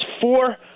four